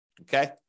okay